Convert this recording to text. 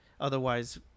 otherwise